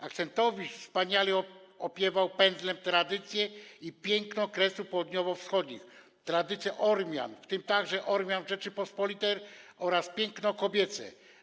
Axentowicz wspaniale opiewał pędzlem tradycje i piękno Kresów Południowo-Wschodnich, tradycje Ormian, w tym także Ormian Rzeczypospolitej, oraz piękno kobiece.